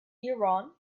iran